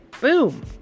boom